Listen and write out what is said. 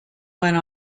went